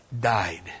died